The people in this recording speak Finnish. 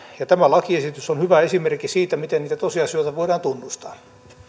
ja tämä lakiesitys on hyvä esimerkki siitä miten niitä tosiasioita voidaan tunnustaa